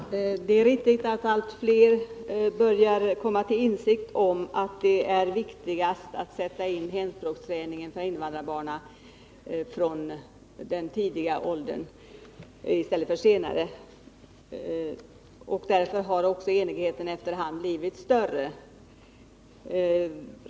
Herr talman! Det är riktigt att allt fler börjar komma till insikt om att det är viktigt att sätta in hemspråksträningen för invandrarbarnen så tidigt som möjligt, och därför har också enigheten efter hand blivit större.